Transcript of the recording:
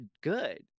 good